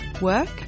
work